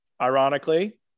Ironically